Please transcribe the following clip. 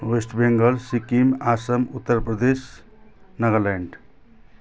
West Bengal Sikkim Assam Uttar Pradesh Nagaland